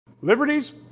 Liberties